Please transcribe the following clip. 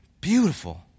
beautiful